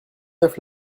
neuf